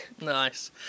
Nice